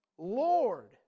Lord